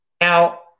Now